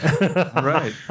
Right